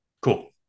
Cool